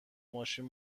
ماشین